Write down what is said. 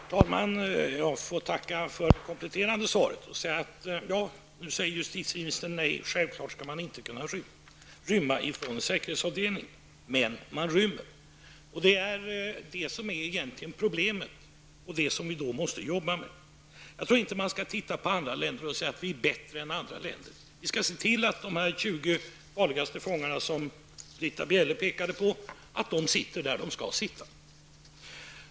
Herr talman! Jag får tacka för det kompletterande svaret. Nu säger justitieministern: Nej, självklart skall man inte kunna rymma från en säkerhetsavdelning. Men man rymmer! Det är detta som är det problem som vi måste jobba med. Jag tror inte att man skall titta på andra länder och säga att vi är bättre. Vi skall i stället se till att de här 20 farligaste fångarna, som Britta Bjelle talade om, sitter där de skall sitta.